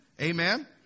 Amen